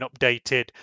updated